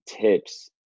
tips